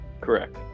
Correct